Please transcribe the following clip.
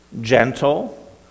gentle